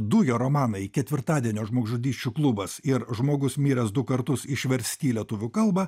du jo romanai ketvirtadienio žmogžudysčių klubas ir žmogus miręs du kartus išversti į lietuvių kalbą